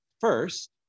first